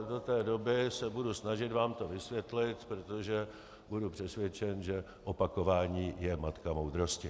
Do té doby se budou snažit vám to vysvětlit, protože budu přesvědčen, že opakování je matka moudrosti.